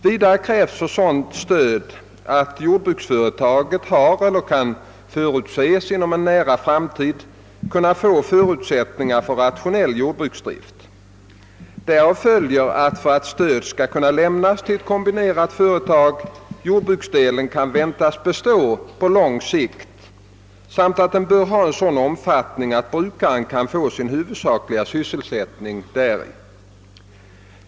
Vidare krävs för sådant stöd att jordbruksföretaget har, eller kan förutses inom nära framtid få, förutsättningar för rationell jordbruksdrift. Härav följer att för att stöd skall kunna lämnas till ett kombinerat företag jordbruksdelen kan väntas bestå på lång sikt samt att den bör ha en sådan omfattning, att brukaren kan få sin huvudsakliga sysselsättning däri.